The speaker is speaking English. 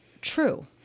true